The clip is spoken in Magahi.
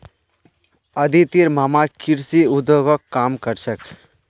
अदितिर मामा कृषि उद्योगत काम कर छेक